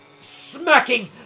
smacking